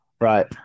Right